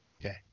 okay